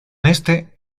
este